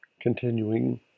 Continuing